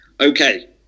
Okay